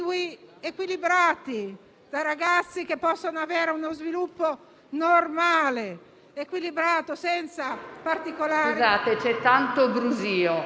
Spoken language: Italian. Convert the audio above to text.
in un Paese dove ci saranno tante persone che avranno bisogno di assistenza, la cui efficienza non abbiamo ancora adesso.